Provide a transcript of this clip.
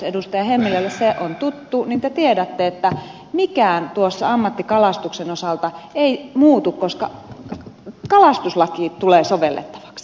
hemmilälle se on tuttu niin te tiedätte että mikään tuossa ammattikalastuksen osalta ei muutu koska kalastuslaki tulee sovellettavaksi